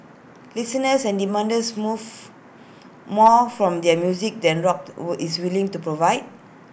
listeners are demander's move more from their music than rock is willing to provide